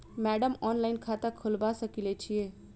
Madam online खाता खोलबा सकलिये छीयै?